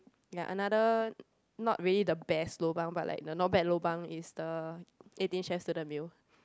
ya another not really the best lobang but like the not bad lobang is the Eighteen Chef student meal